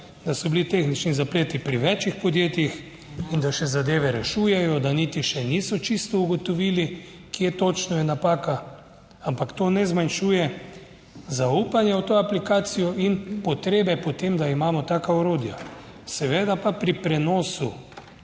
da so bili tehnični zapleti pri več podjetjih in da se zadeve rešujejo, da niti še niso čisto ugotovili, kje točno je napaka, ampak to ne zmanjšuje zaupanje v to aplikacijo in potrebe po tem, da imamo taka orodja. Seveda pa pri prenosu